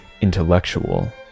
intellectual